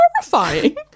horrifying